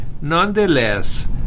Nonetheless